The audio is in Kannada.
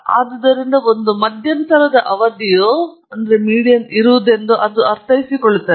ಆದುದರಿಂದ ಒಂದು ಮಧ್ಯಂತರದ ಅವಧಿಯು ಇರುವುದೆಂದು ಅದು ಅರ್ಥೈಸಿಕೊಳ್ಳುತ್ತದೆ